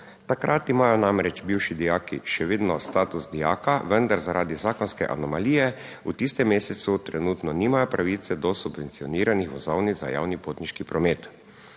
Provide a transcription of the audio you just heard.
Takrat imajo namreč bivši dijaki še vedno status dijaka, vendar zaradi zakonske anomalije v tistem mesecu trenutno nimajo pravice do subvencioniranih vozovnic za javni potniški promet.